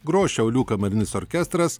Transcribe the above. gros šiaulių kamerinis orkestras